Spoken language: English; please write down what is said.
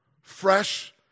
fresh